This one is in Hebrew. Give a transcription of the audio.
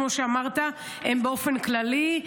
כמו שאמרת, הם באופן כללי.